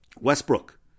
Westbrook